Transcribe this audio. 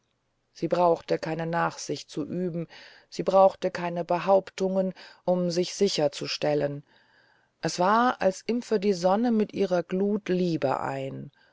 sie brauchte keine nachsicht zu üben sie brauchte keine behauptungen um sich sicher zu stellen es war als impfe die sonne mit ihrer glut liebe ein